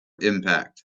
impact